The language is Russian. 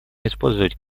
использовать